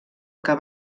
que